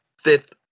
fifth